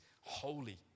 holy